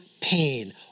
pain